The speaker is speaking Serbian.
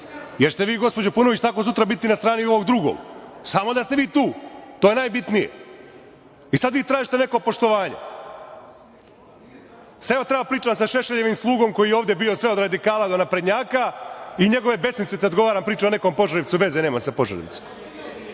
jer ćete vi, gospođo Paunović, tako sutra biti na strani ovog drugog, samo da ste vi tu. To je najbitnije i sada vi tražite neko poštovanje. Šta treba da pričam sa Šešeljevim slugom koji je ovde bio sve od radikala do naprednjaka i njegove besmislice kada odgovara i priča o nekom Požarevcu, a veze nema sa Požarevcem.